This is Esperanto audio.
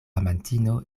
amantino